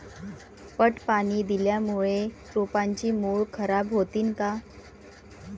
पट पाणी दिल्यामूळे रोपाची मुळ खराब होतीन काय?